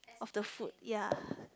of the food ya